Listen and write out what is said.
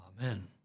Amen